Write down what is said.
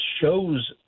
shows